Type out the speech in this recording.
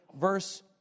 verse